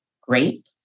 grape